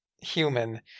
human